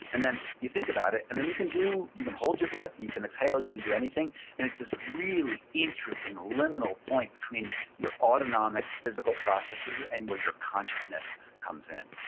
and then you think about it and then you can do, you can hold your breath, you can exhale, you can do anything. and it's this really interesting liminal point between your autonomic physical processes and where your consciousness comes in.